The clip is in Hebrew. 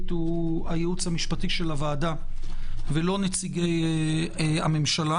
הוא הייעוץ המשפטי של הוועדה ולא נציגי הממשלה.